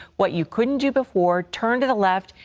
what you couldn't do before, turn to the left,